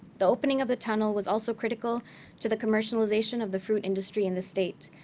the opening of the tunnel was also critical to the commercialisation of the fruit industry in the state,